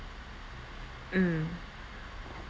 mm